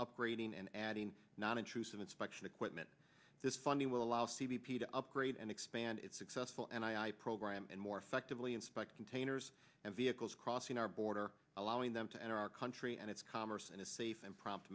upgrading and adding not intrusive inspection equipment this funding will allow c b p to upgrade and expand its successful and i program and more effectively inspect containers and vehicles crossing our border allowing them to enter our country and its commerce in a safe and prompt